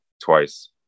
twice